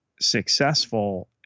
successful